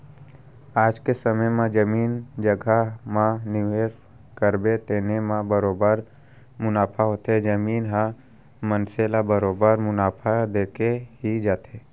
आज के समे म जमीन जघा म निवेस करबे तेने म बरोबर मुनाफा होथे, जमीन ह मनसे ल बरोबर मुनाफा देके ही जाथे